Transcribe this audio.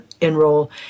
enroll